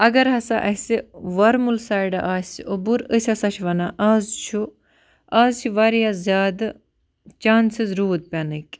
اگر ہَسا اَسہِ ورمُل سایڈٕ آسہِ اوٚبُر أسۍ ہَسا چھِ وَنان آز چھُ آز چھِ واریاہ زیادٕ چانسٕز روٗد پٮ۪نٕکۍ